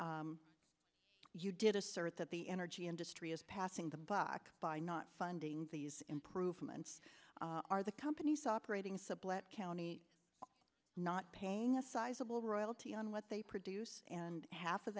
you did assert that the energy industry is passing the buck by not finding these improvements are the companies operating sublette county not paying a sizable royalty on what they produce and half of